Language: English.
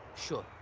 sure.